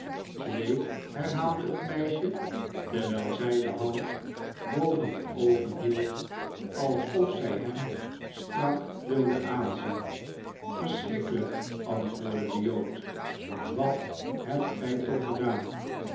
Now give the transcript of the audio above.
bleek herhaalde het meisje terwijl zij de hand boven de oogen hield alsof zij hem strak wilde aanzien verschrikkelijk antwoordde de jood wat hebt gij toch gedaan